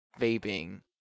vaping